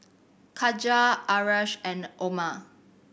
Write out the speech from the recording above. Katijah Asharaff and Omar